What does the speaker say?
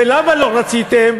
ולמה לא רציתם?